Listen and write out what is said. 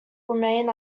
remain